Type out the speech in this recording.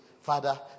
Father